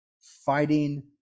fighting